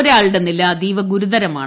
ഒരാളുടെ നില അതീവ ഗുരുതരമാണ്